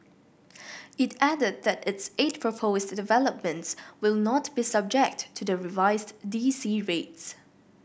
it added that its eight proposed developments will not be subject to the revised D C rates